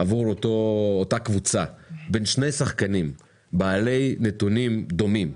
עבור אותה קבוצה בין שני שחקנים בעלי נתונים דומים,